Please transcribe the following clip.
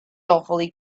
awfully